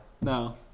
no